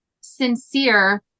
sincere